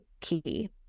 key